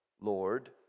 Lord